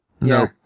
No